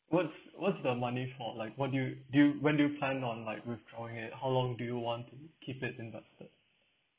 what's what's the money for like what do you do you when do you plan on like withdrawing it how long do you want to keep it invested